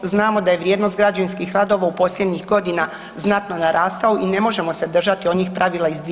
Znamo da je vrijednost građevinskih radova u posljednjih godina znatno narastao i ne možemo se držati onih pravila iz 2014.